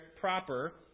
proper